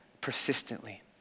persistently